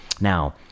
Now